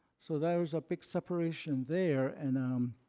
so there was a big separation there. and